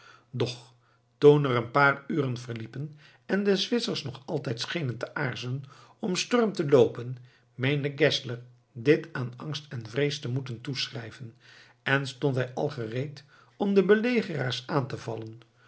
doch toen er een paar uren verliepen en de zwitsers nog altijd schenen te aarzelen om storm te loopen meende geszler dit aan angst en vrees te moeten toeschrijven en stond hij al gereed om de belegeraars aan te vallen